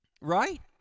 Right